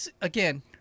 Again